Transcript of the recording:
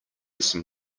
some